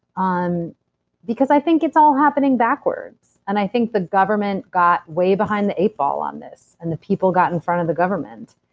because i think it's all happening backwards. and i think the government got way behind the eight ball on this, and the people got in front of the government.